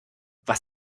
was